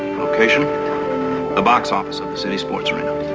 location a box office of the city sports arena.